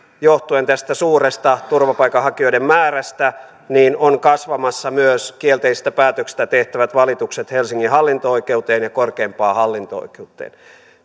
johtuen suuresta turvapaikanhakijoiden määrästä ovat kasvamassa myös kielteisistä päätöksistä tehtävät valitukset helsingin hallinto oikeuteen ja korkeimpaan hallinto oikeuteen